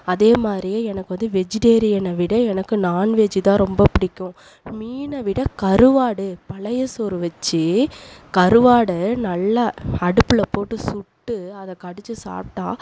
அதே மாதிரியே எனக்கு வந்து வெஜிடேரியனை விட எனக்கு நாண்வெஜ் தான் ரொம்ப பிடிக்கும் மீனை விட கருவாடு பழைய சோறு வச்சு கருவாடை நல்லா அடுப்பில் போட்டு சுட்டு அதை கடித்து சாப்பிட்டா